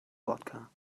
vodka